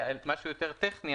משהו יותר טכני,